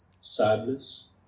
sadness